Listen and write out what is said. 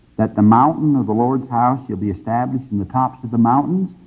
that the mountain of the lord's house shall be established in the top of the mountains,